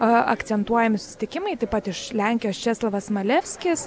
akcentuojami susitikimai taip pat iš lenkijos česlovas malevskis